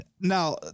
Now